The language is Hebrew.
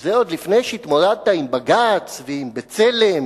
וזה עוד לפני שהתמודדת עם בג"ץ ועם "בצלם",